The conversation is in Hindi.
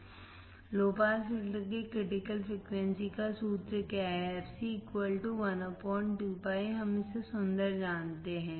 fc 1 2πRC low pass filter के लिए क्रिटिकल फ्रीक्वेंसी का सूत्र क्या है fc 1 2 πRC हम इसे सुंदर जानते हैं